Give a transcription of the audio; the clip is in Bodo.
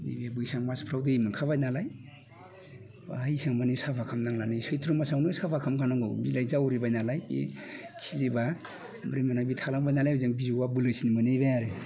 नैबे बैसाग मासफ्राव दै मनोखाबायनालाय बाहाय एसांमानि साफा खामनांलालै सैथ्र' मासावनो साफा खामखानांगौ बिलाइ जावरिबाय नालाय इ खिलिब्ला ओमफ्राय बे थालांबाय नालाय ओजों बिजौआ बोलोसिन मोनहैबाय आरो